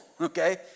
okay